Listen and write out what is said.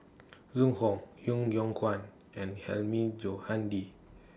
Zhu Hong Yeo Yeow Kwang and Hilmi Johandi